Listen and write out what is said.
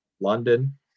London